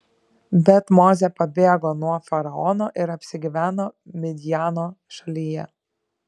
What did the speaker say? bet mozė pabėgo nuo faraono ir apsigyveno midjano šalyje